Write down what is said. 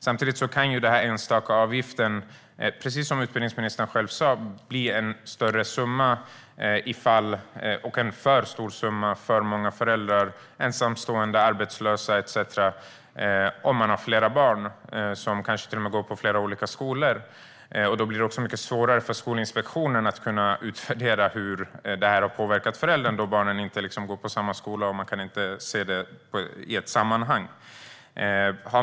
Samtidigt kan den enstaka avgiften, precis som utbildningsministern själv sa, bli en för stor summa för många föräldrar - ensamstående, arbetslösa etcetera - om de har flera barn som kanske till och med går på olika skolor. Det blir också mycket svårare för Skolinspektionen att utvärdera hur det har påverkat föräldern då barnen inte går på samma skola. Man kan inte se det i ett sammanhang.